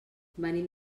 venim